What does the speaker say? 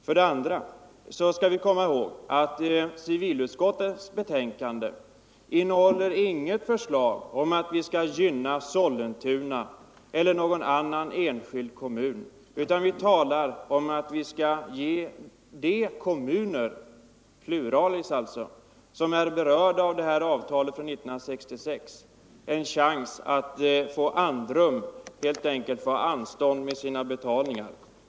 För det andra skall vi komma ihåg att civilutskottets betänkande inte innehåller något förslag om att vi skall gynna Sollentuna eller någon annan enskild kommun, utan vi talar om att vi skall ge de kommuner = pluralis alltså — som är berörda av avtalet från 1966 en chans att få andrum, dvs. att få anstånd med sina betalningar.